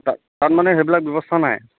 তাত তাত মানে সেইবিলাক ব্যৱস্থা নাই